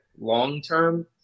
long-term